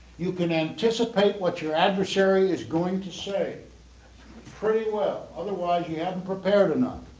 you can anticipate what your adversary is going to say pretty well. otherwise you haven't prepared enough,